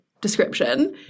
description